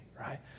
right